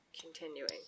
continuing